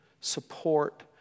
support